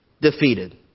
defeated